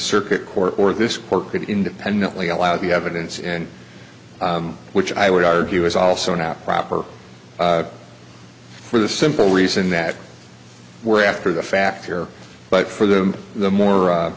circuit court or this court could independently allow the evidence in which i would argue is also now proper for the simple reason that we're after the fact here but for them the more